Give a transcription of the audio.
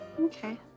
Okay